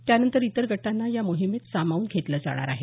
त्यानंतर इतर गटांना या मोहिमेत सामावून घेतलं जाणार आहे